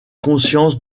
conscience